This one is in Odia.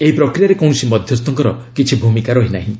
ଏହି ପ୍ରକ୍ରିୟାରେ କୌଣସି ମଧ୍ୟସ୍ଥଙ୍କର କିଛି ଭୂମିକା ରହିନାହିଁ